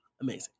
Amazing